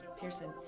Pearson